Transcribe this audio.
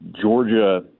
georgia